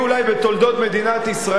בתולדות מדינת ישראל,